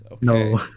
No